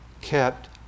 kept